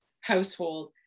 household